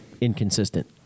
inconsistent